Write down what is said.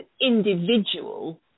individual